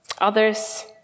others